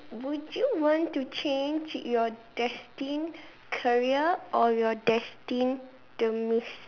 would you want to change your destined career or your destined demise